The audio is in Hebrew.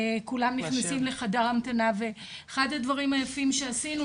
כולם נכנסים לחדר המתנה ואחד הדברים היפים שעשינו,